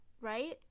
right